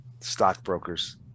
stockbrokers